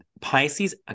Pisces